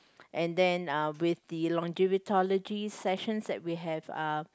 and then uh with the longivitology sessions that we have uh